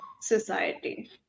society